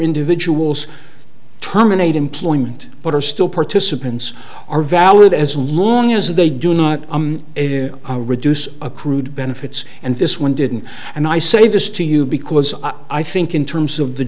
individuals terminate employment but are still participants are valid as long as they do not reduce accrued benefits and this one didn't and i say this to you because i think in terms of the